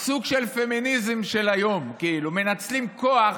סוג של פמיניזם של היום, כאילו, מנצלים כוח